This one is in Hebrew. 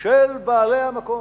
של בעלי המקום,